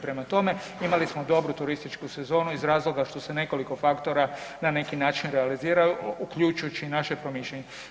Prema tome, imali smo dobru turističku sezonu iz razloga što se nekoliko faktora na neki način realiziralo uključujući i naše promišljanje.